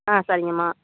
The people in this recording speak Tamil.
ஆ சரிங்க அம்மா